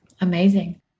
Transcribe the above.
amazing